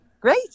Great